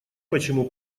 почему